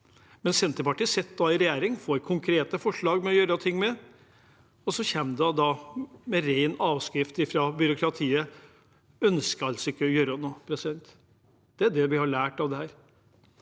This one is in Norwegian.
med. Senterpartiet sitter i regjering, får konkrete forslag om å gjøre noe med det, og så kommer det med ren avskrift fra byråkratiet at man altså ikke ønsker å gjøre noe. Det er det vi har lært av dette.